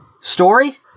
story